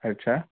अच्छा